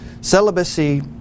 celibacy